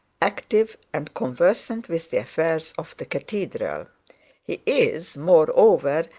active, and conversant with the affairs of the cathedral he is moreover,